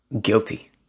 guilty